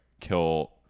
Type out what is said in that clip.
kill